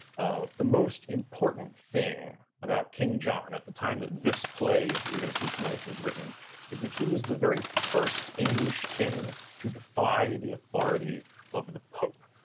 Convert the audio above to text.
ah, the most important thing about king john, at the time that this play you're gonna see tonight was written is that he was the very first english king to defy the authority of the pope.